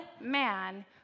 man